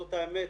זאת האמת,